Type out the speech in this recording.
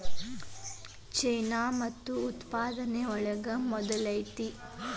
ಚೇನಾ ಮುತ್ತು ಉತ್ಪಾದನೆ ಒಳಗ ಮೊದಲ ಐತಿ